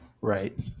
Right